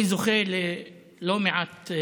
אני זוכה לכמות לא מעטה